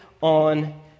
on